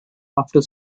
after